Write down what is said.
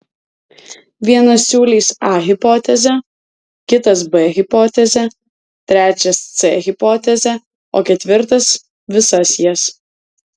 vienas siūlys a hipotezę kitas b hipotezę trečias c hipotezę o ketvirtas visas jas